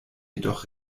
jedoch